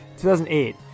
2008